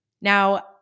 Now